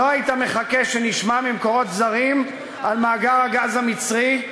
לא היית מחכה שנשמע ממקורות זרים על מאגר הגז המצרי,